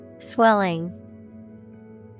Swelling